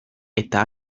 eta